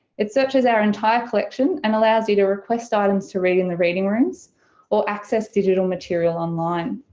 it searches our entire collection and allows you to request items to read in the reading rooms or access digital material online.